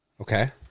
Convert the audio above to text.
okay